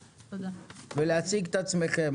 ולהציג את עצמכם,